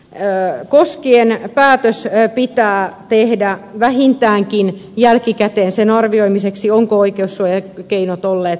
erään koski kotietsintää koskien päätös pitää tehdä vähintäänkin jälkikäteen sen arvioimiseksi ovatko oikeussuojakeinot olleet tarpeelliset ja riittävät